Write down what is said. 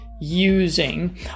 using